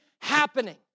happening